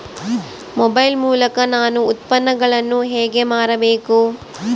Mobile ಮೂಲಕ ನಾನು ಉತ್ಪನ್ನಗಳನ್ನು ಹೇಗೆ ಮಾರಬೇಕು?